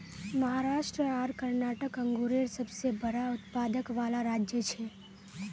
महाराष्ट्र आर कर्नाटक अन्गुरेर सबसे बड़ा उत्पादक वाला राज्य छे